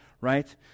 Right